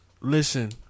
listen